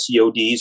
CODs